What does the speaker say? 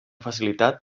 facilitat